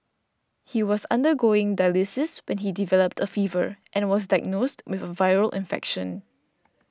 he was undergoing dialysis when he developed a fever and was diagnosed with a viral infection